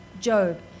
Job